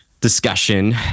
discussion